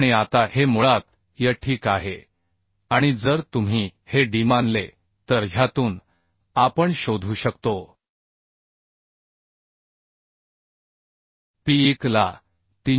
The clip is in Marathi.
आणि आता हे मुळात Y ठीक आहे आणि जर तुम्ही हे dमानले तर ह्यातून आपण शोधू शकतो P1 ला 303